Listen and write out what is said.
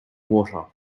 water